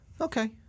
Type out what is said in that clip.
okay